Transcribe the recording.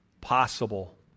possible